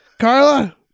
Carla